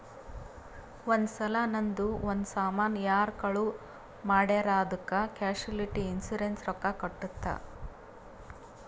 ಒಂದ್ ಸಲಾ ನಂದು ಒಂದ್ ಸಾಮಾನ್ ಯಾರೋ ಕಳು ಮಾಡಿರ್ ಅದ್ದುಕ್ ಕ್ಯಾಶುಲಿಟಿ ಇನ್ಸೂರೆನ್ಸ್ ರೊಕ್ಕಾ ಕೊಟ್ಟುತ್